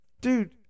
dude